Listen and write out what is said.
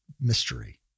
mystery